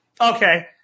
Okay